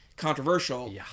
Controversial